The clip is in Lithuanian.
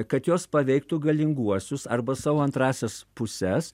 kad jos paveiktų galinguosius arba savo antrąsias puses